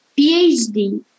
PhD